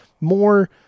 more